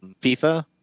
fifa